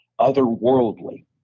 otherworldly